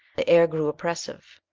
the air grew oppressive,